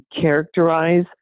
characterize